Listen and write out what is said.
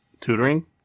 tutoring